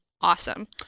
awesome